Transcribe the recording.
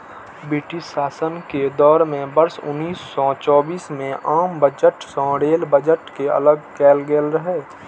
British शासन के दौर मे वर्ष उन्नैस सय चौबीस मे आम बजट सं रेल बजट कें अलग कैल गेल रहै